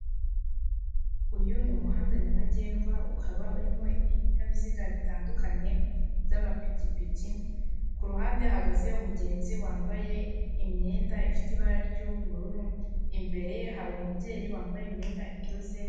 Uyu ni umuhanda nyabagendwa ukaba urimo ibinyabiziga bitandukanye by'amapikipiki, ku ruhande hahagaze umugenzi wambaye imyenda ifite ibara ry'ubururu, imbere ye hari umubyeyi wambaye imyenda idozemo.